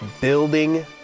building